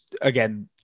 again